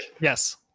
Yes